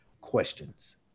questions